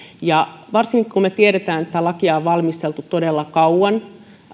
varsinkin kun me tiedämme että tätä lakia on valmisteltu todella kauan ja